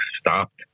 stopped